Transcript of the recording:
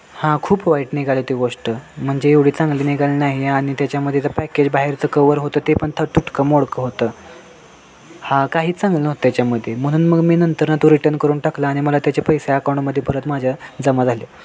हां खूप वाईट निघाली ती गोष्ट म्हणजे एवढी चांगली निघाली नाही आणि त्याच्यामध्येचं पॅकेज बाहेरचं कवर होतं ते पण थड तुटकं मोडकं होतं हा काही चांगलं नव्हतं त्याच्यामध्ये म्हणून मग मी नंतर ना तो रिटर्न करून टाकला आणि मला त्याचे पैसे अकाऊंटमध्ये परत माझ्या जमा झाले